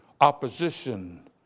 opposition